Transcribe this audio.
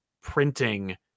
printing